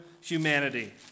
humanity